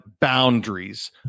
boundaries